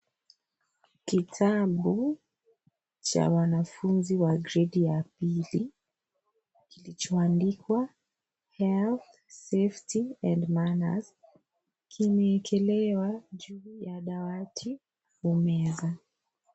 Kitabu cha wanafunzi wa gredi ya pili kilichoandikwa health safety and manners kimekelewa juu ya dawati au meza.